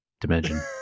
dimension